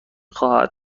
خواهد